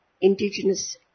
indigenous